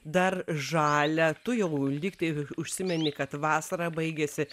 dar žalia tu jau lyg tai užsimeni kad vasara baigėsi